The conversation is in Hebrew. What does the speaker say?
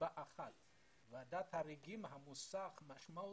ועדת חריגים משמעה